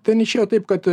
ten išėjo taip kad